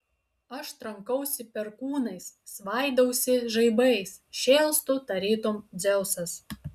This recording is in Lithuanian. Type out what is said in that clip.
aš trankausi perkūnais svaidausi žaibais šėlstu tarytum dzeusas